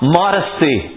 modesty